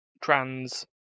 trans